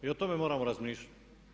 I o tome moramo razmišljati.